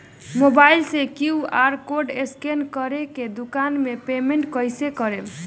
Mobile से QR code scan कर के दुकान मे पेमेंट कईसे करेम?